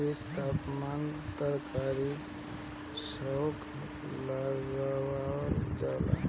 तेजपात से तरकारी में छौंका लगावल जाला